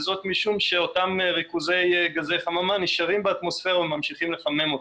וזאת משום שאותם ריכוזי גזי חממה נשארים באטמוספירה וממשיכים לחמם אותה,